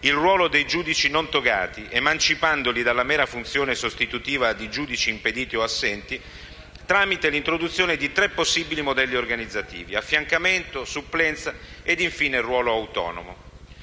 il ruolo dei giudici non togati, emancipandoli dalla mera funzione sostitutiva di giudici impediti o assenti, tramite l'introduzione di tre possibili modelli organizzativi: affiancamento, supplenza ed infine ruolo autonomo.